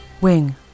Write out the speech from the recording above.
Wing